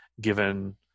given